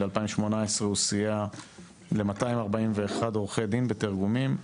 הוא סייע ל-241 עורכי דין בתרגומים,